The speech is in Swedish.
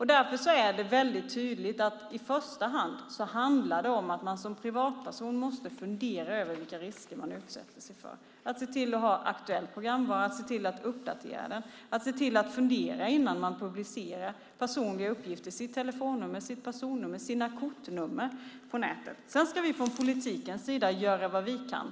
Därför är det tydligt att man som privatperson måste fundera över vilka risker man utsätter sig för. Man måste se till att ha aktuell programvara och uppdatera den. Man måste fundera innan man publicerar personliga uppgifter som telefonnummer, personnummer och kortnummer på nätet. Vi politiker ska göra vad vi kan.